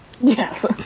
Yes